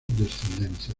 descendencia